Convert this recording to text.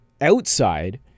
outside